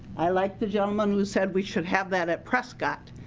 i like the gentleman who said we should have that at prescott.